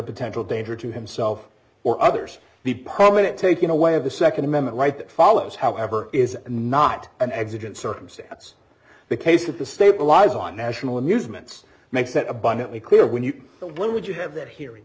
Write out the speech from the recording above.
potential danger to himself or others the prominent taking away of the nd amendment right that follows however is not an accident circumstance the case of to stabilize on national news ments makes it abundantly clear when you when would you have that he